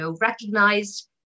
recognized